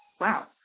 wow